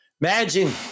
Imagine